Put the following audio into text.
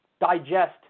digest